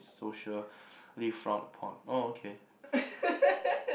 socially frowned upon oh okay